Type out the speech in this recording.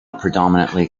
predominantly